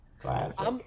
Classic